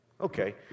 Okay